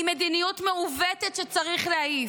היא מדיניות מעוותת שצריך להעיף.